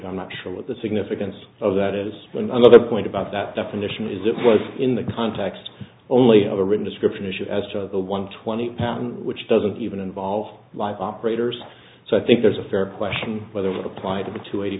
you i'm not sure what the significance of that is another point about that definition is it was in the context only of a written description issue as to the one twenty patent which doesn't even involve live operators so i think there's a fair question whether what applied to